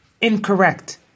incorrect